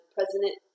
President